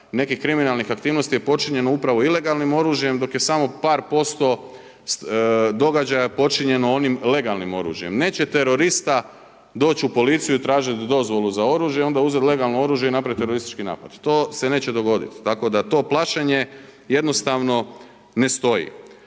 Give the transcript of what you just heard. nekih kriminalnih aktivnosti je počinjeno upravo ilegalnim oružjem dok je samo par posto događaja počinjeno onim legalnim oružjem. Neće terorista doć u policiju i tražit dozvolu za oružje onda uzet legalno oružje i napraviti teroristički napad. To se ne neće dogoditi tako da to plašenje jednostavno ne stoji.